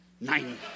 nine